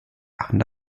machen